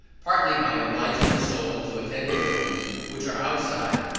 partly by obliging the soul to attend to things which are outside,